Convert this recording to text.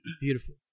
beautiful